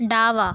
डावा